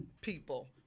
people